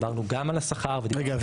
רגע,